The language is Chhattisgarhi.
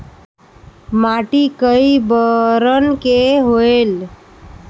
माटी कई बरन के होयल?